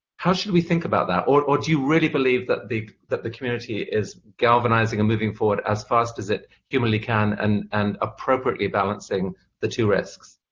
how should we think about that? or do you really believe that the that the community is galvanizing and moving forward as fast as it humanly can and and appropriately balancing the two risks?